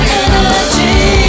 energy